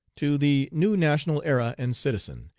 to the new national era and citizen,